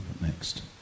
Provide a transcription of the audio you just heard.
next